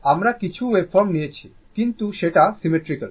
আমরা কিছু ওয়েভফর্ম নিয়েছি কিন্তু সেটা সিমেট্রিক্যাল